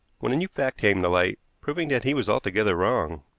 when a new fact came to light, proving that he was altogether wrong.